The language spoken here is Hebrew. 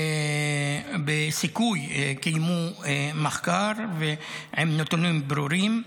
ב"סיכוי" קיימו מחקר עם נתונים ברורים: